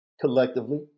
collectively